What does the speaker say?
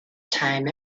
time